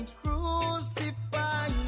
crucify